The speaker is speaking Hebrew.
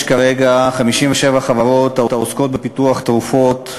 יש כרגע 57 חברות העוסקות בפיתוח תרופות,